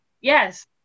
Yes